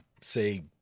say